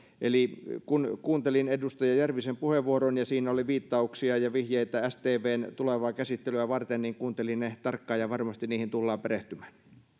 eli kun kuuntelin edustaja järvisen puheenvuoron ja siinä oli viittauksia ja vihjeitä stvn tulevaa käsittelyä varten niin kuuntelin ne tarkkaan ja varmasti niihin tullaan perehtymään